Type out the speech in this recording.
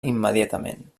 immediatament